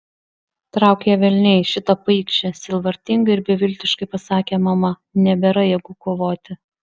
trauk ją velniai šitą paikšę sielvartingai ir beviltiškai pasakė mama nebėra jėgų kovoti